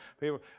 People